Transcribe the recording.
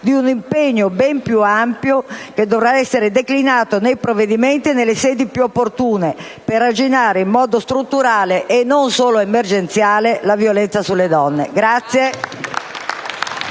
di un impegno ben più ampio che dovrà essere declinato nei provvedimenti e nelle sedi più opportune per arginare, in modo strutturale e non solo emergenziale, la violenza sulle donne.